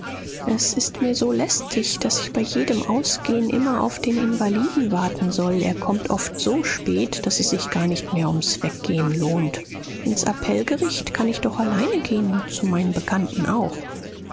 es ist mir so lästig daß ich bei jedem ausgehen immer auf den invaliden warten soll er kommt oft so spät daß es sich gar nicht mehr ums weggehen lohnt ins appellgericht kann ich doch alleine gehen und zu meinen bekannten auch